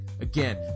again